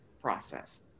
process